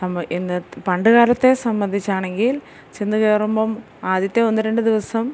പണ്ട് കാലത്തെ സംബന്ധിച്ചാണെങ്കിൽ ചെന്ന് കയറുമ്പം ആദ്യത്തെ ഒന്ന് രണ്ട് ദിവസം